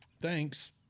thanks